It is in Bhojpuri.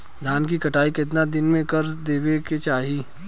धान क कटाई केतना दिन में कर देवें कि चाही?